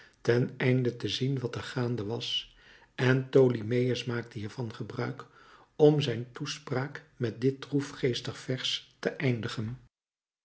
ten einde te zien wat er gaande was en tholomyès maakte hiervan gebruik om zijn toespraak met dit droefgeestig vers te eindigen